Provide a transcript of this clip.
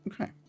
Okay